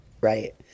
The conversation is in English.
right